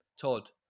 Todd